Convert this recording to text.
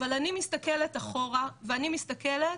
אבל אני מסתכלת אחורה ואני מסתכלת